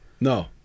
No